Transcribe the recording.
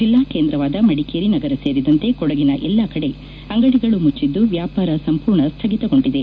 ಜಿಲ್ಲಾ ಕೇಂದ್ರವಾದ ಮಡಿಕೇರಿ ನಗರ ಸೇರಿದಂತೆ ಕೊಡಗಿನ ಎಲ್ಲಾ ಕಡೆ ಅಂಗಡಿಗಳು ಮುಚ್ಚಿದ್ದು ವ್ಯಾಪಾರ ಸಂಪೂರ್ಣ ಸ್ವಗಿತಗೊಂಡಿದೆ